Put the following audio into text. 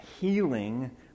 healing